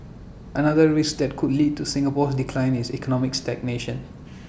another risk that could lead to Singapore's decline is economic stagnation